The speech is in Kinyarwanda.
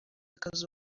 akazu